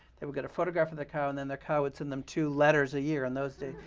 they would get a photograph of their cow, and then their cow would send them two letters a year in those days.